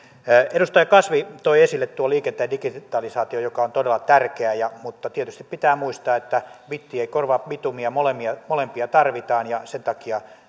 edustaja kasvi toi esille tuon liikenteen digitalisaation joka on todella tärkeä mutta tietysti pitää muistaa että bitti ei korvaa bitumia molempia molempia tarvitaan ja sen takia